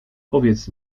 powiedz